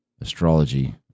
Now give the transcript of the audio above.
astrology